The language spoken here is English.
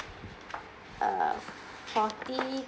uh forty